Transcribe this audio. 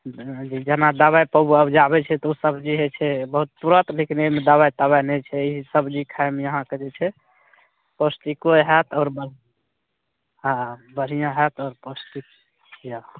जेना दबाइ पऽ उपजाबै छै तऽ ओ सबजी हय छै बहुत तुरत लेकिन एहिमे दबाइ तबाइ नहि छै ई सबजी खाएमे अहाँके जे छै पौष्टिको होएत आओर हँ बढ़िआँ होएत आओर पौष्टिक यऽ